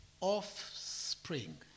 offspring